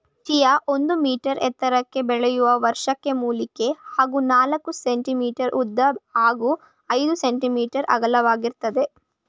chia ಒಂದು metre ಎತ್ತರಕ್ಕೆ ಬೆಳೆಯುವ ವಾರ್ಷಿಕ ಮೂಲಿಕೆ ಹಾಗೂ ನಾಲ್ಕು ಸೆ.ಮೀ ಉದ್ದ ಹಾಗೂ ಐದು ಸೆ.ಮೀ ಅಗಲವಾಗಿರ್ತದೆ